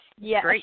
Yes